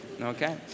okay